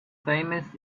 famous